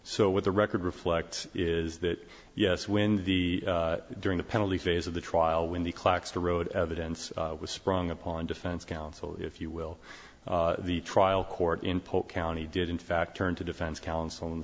so what the record reflects is that yes when the during the penalty phase of the trial when the clocks the road evidence was sprung upon defense counsel if you will the trial court in polk county did in fact turn to defense counsel and